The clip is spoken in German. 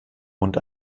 mund